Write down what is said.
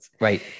right